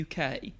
UK